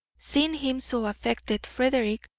seeing him so affected, frederick,